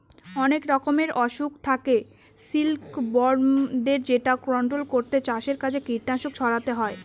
অনেক রকমের অসুখ থাকে সিল্কবরমদের যেটা কন্ট্রোল করতে চাষের আগে কীটনাশক ছড়াতে হয়